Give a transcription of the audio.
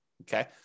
okay